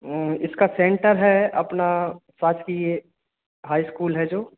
इसका सेंटर है अपना शासकीय हाई स्कूल है जो